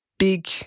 big